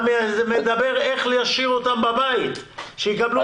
אתה מדבר על איך להשאיר אותם בבית שיקבלו